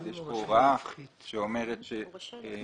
יש כאן הוראה שאומרת שניתן